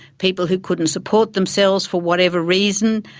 people who couldn't support themselves for whatever reason.